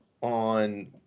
on